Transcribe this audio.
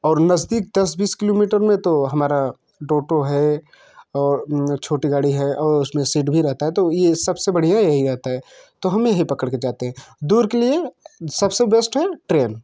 और नज़दीक दस बीस किलोमीटर में तो हमारा टोटो है और छोटी गाड़ी है और उसमें सीट भी रहती है तो ये सब से बढ़िया यही रहता है तो हम यही पकड़ के जाते हैं दूर के लिए सब से बेस्ट है ट्रेन